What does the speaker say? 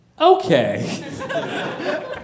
okay